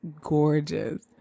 gorgeous